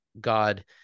God